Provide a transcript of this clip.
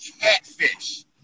catfish